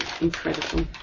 Incredible